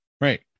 Right